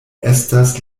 estas